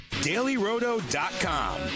DailyRoto.com